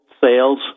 sales